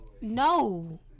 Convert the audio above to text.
No